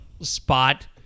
spot